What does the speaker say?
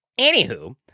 Anywho